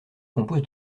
compose